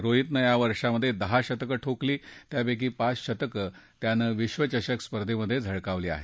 रोहितनं या वर्षात दहा शतक ठोकली त्यापैकी पाच शतक त्यानं विक्वचषक स्पर्धेत झळकावली आहेत